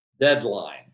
deadline